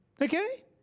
Okay